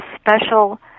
special